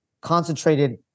concentrated